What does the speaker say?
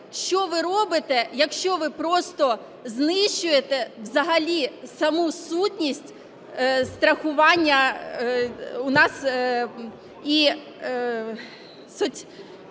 що ви робите, якщо ви просто знищуєте взагалі саму сутність страхування у нас і ви